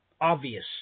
obvious